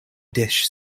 dish